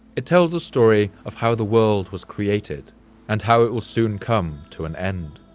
it tells the story of how the world was created and how it will soon come to an end.